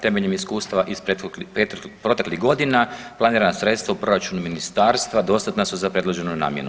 Temeljem iskustva iz proteklih godina, planirana sredstva u proračunu Ministarstva dostatna su za predloženu namjenu.